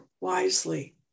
wisely